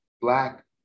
black